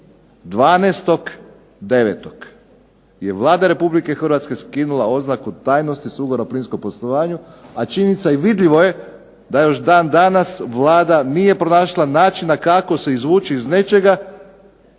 12.9. je Vlada Republike Hrvatske skinula oznaku tajnosti s ugovora o plinskom poslovanju, a činjenica i vidljivo je da je još dan danas Vlada nije pronašla načina kako se izvući iz nečega